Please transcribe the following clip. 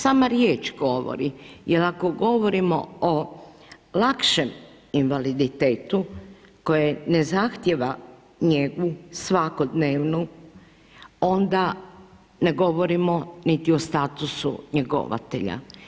Sama riječ govori, jer ako govorimo o lakšem invaliditetu koje ne zahtjeva njegu svakodnevnu onda ne govorimo niti o statusu njegovatelja.